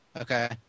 Okay